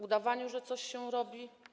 Udawaniu, że coś się robi?